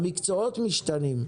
המקצועות משתנים,